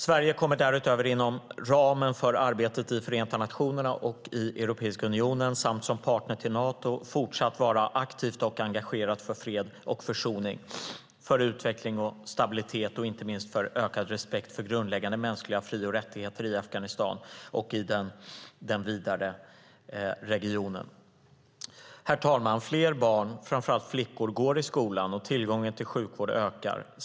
Sverige kommer därutöver inom ramen för arbetet i Förenta nationerna och i Europeiska unionen samt som partner till Nato att fortsätta att vara aktivt och engagerat för fred och försoning, för utveckling och stabilitet och inte minst för ökad respekt för grundläggande mänskliga fri och rättigheter i Afghanistan och i den vidare regionen. Herr talman! Fler barn, framför allt flickor, går i skolan, och tillgången till sjukvård ökar.